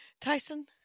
Tyson